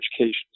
education